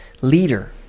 leader